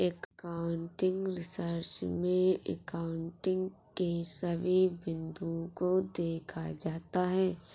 accounting research में accounting के सभी बिंदुओं को देखा जाता है